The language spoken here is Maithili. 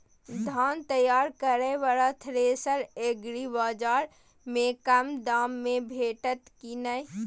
धान तैयार करय वाला थ्रेसर एग्रीबाजार में कम दाम में भेटत की नय?